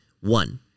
One